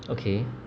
okay